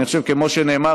כמו שנאמר,